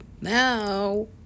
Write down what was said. now